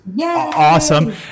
awesome